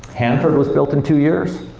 hanford was built in two years.